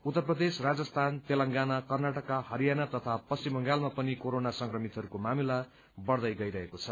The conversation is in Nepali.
उत्तर प्रदेश राजस्थान तेलैंगना कर्नाटक हरियाना तथा पश्चिम बंगालमा पनि कोरोना संक्रमितहरूको मामला बढ़दै गइरहेको छ